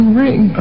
ring